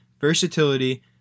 versatility